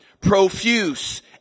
profuse